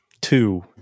two